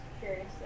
curious